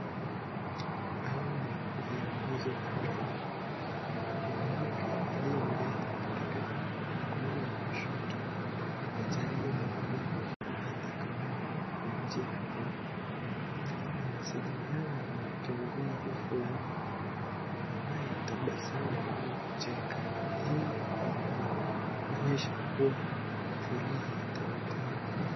Hao ni viongozi wa Kenya. Mwanamke aliye mbele katika mkono wa kushoto ni jaji mkuu, Martha Koome wa nchi ya Kenya. Anasalimiana na kiongozi fulani, anayetabasamu ama kucheka. Hii inaonyesha kuwa furaha teletele.